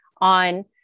on